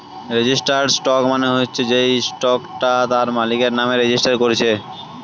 registered stock মানে হচ্ছে যেই স্টকটা তার মালিকের নামে রেজিস্টার কোরছে